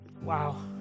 wow